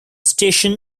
station